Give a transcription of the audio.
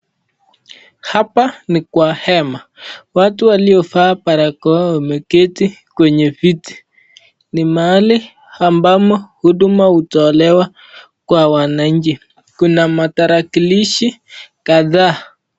Hapa ninkwa hema, watu waliovaa barakoa wameketi kwenye viti, ni mahali ambamo huduma hutolewa kwa wananchi, kuna matarakilishi kadhaa.